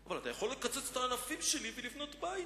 אבל אתה יכול לקצץ את הענפים שלי ולבנות בית.